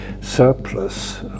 surplus